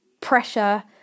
pressure